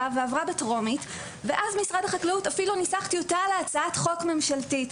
ועברה בטרומית ואז משרד החקלאות אפילו ניסח טיוטה להצעת חוק ממשלתית,